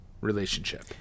relationship